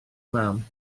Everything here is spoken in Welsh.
mam